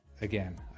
again